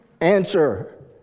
answer